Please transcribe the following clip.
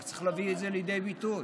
רק צריך להביא את זה לידי ביטוי,